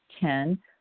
Ten